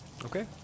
Okay